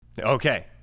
okay